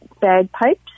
bagpipes